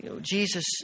Jesus